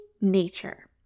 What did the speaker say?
nature